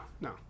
no